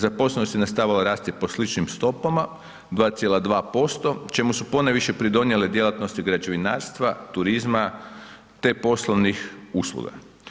Zaposlenost je nastavila rasti po sličnim stopama 2,2% čemu su ponajviše pridonijele djelatnosti građevinarstva, turizma te poslovnih usluga.